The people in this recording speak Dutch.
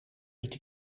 eet